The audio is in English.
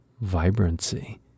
vibrancy